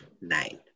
nine